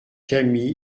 cami